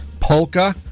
polka